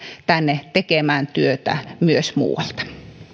tänne tekemään työtä myös muualta